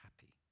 happy